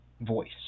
voice